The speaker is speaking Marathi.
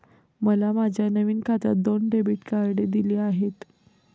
मला माझ्या नवीन खात्यात दोन डेबिट कार्डे दिली आहेत